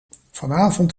vanavond